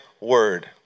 word